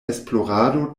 esplorado